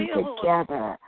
together